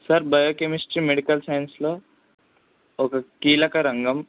sir biochemistry medical సైన్స్లో ఒక కీలక రంగం